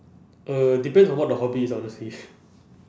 uh depends on what the hobby is honestly